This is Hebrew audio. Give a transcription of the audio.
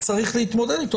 צריך להתמודד עם סוגיית השכר.